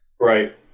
Right